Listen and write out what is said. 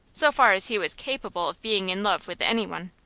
so far as he was capable of being in love with any one.